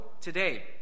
today